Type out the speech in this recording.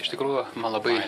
iš tikrųjų man labai